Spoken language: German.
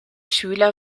schüler